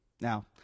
Now